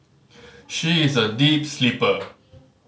she is a deep sleeper